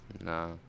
Nah